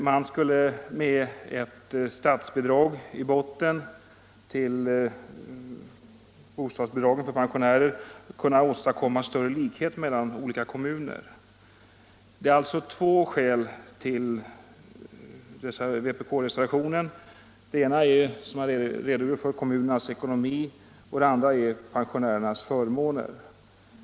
Man skulle med ett statsbidrag i botten till bostadsbidrag för pensionärer kunna åstadkomma större likhet mellan olika kommuner. Det är alltså två skäl till vpk-reservationen. Det ena är, som jag redogjort för, kommunernas ekonomi, och det andra är pensionärernas förmåner.